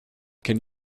can